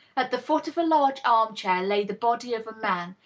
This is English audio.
at the foot of a large arm chair lay the body of a man,